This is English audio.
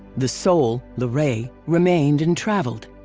the soul, the re, remained and traveled.